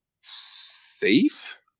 safe